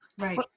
Right